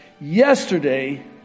Yesterday